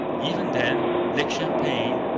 even then lake champlain,